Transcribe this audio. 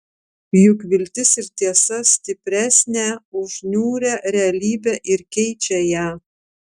juk viltis ir tiesa stipresnę už niūrią realybę ir keičią ją